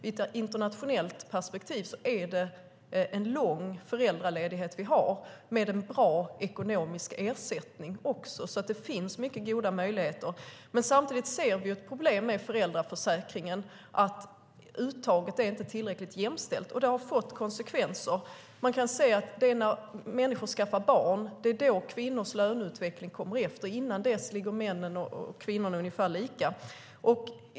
I ett internationellt perspektiv är det en lång föräldraledighet vi har, och det är en bra ekonomisk ersättning. Det finns alltså mycket goda möjligheter. Samtidigt ser vi ett problem med föräldraförsäkringen: Uttaget är inte tillräckligt jämställt. Det har fått konsekvenser. Man kan se att det är när människor skaffar barn som kvinnors löneutveckling kommer efter; innan dess ligger männen och kvinnorna ungefär lika.